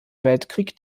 weltkrieg